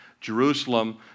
Jerusalem